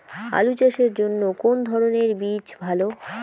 আলু চাষের জন্য কোন ধরণের বীজ ভালো?